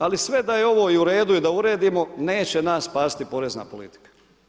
Ali sve da je ovo i u redu i da uredimo neće nas spasiti porezna politika.